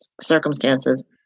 circumstances